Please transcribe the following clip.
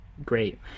great